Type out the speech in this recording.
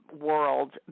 world